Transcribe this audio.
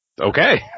Okay